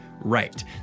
right